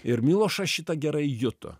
ir milošas šitą gerai juto